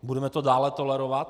Budeme to dále tolerovat?